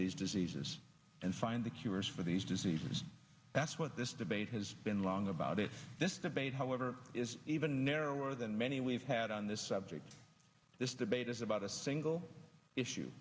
these diseases and find the cures for these diseases that's what this debate has been long about it this debate however is even narrower than many we've had on this subject this debate is about a single issue